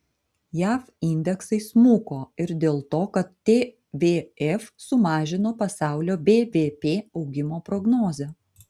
jav indeksai smuko ir dėl to kad tvf sumažino pasaulio bvp augimo prognozę